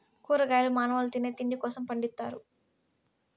కూరగాయలు మానవుల తినే తిండి కోసం పండిత్తారు